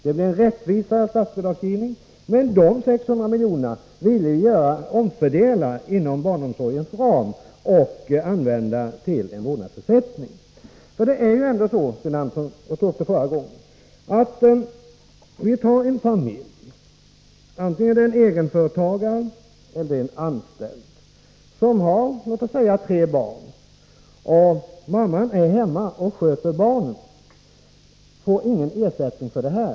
Det blir en rättvisare statsbidragsgivning, men de 600 miljonerna vill vi omfördela inom barnomsorgens ram och använda till vårdnadsersättning. Det är ju ändå så — jag tog upp det förra gången — att om vi tar som exempel en familj som har låt oss säga tre barn och där pappan är anställd eller egen företagare och mamman är hemma och sköter barnen, så får hon ingen ersättning för detta.